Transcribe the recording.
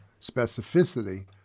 specificity